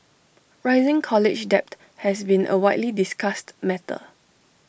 rising college debt has been A widely discussed matter